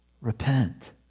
Repent